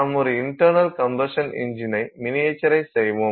நாம் ஒரு internal combustion இஞ்சினை மினியேட்டரைஸ் செய்வோம்